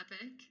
epic